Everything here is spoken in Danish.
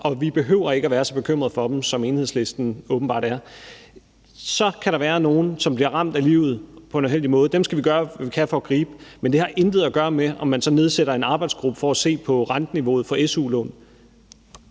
sig. Vi behøver ikke at være så bekymrede for dem, som Enhedslisten åbenbart er. Så kan der være nogle, der bliver ramt af livet på en uheldig måde, og dem skal vi gøre hvad vi kan for at gribe, men det har intet at gøre med, om man så nedsætter en arbejdsgruppe for at se på renteniveauet for su-lån.